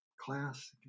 class